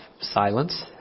silence